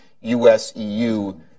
US-EU